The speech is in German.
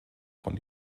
von